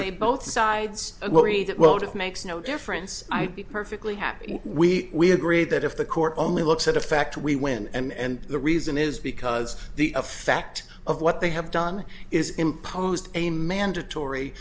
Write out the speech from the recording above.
say both sides that well it makes no difference i'd be perfectly happy we agree that if the court only looks at a fact we win and the reason is because the effect of what they have done is imposed a mandatory